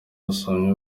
abasomyi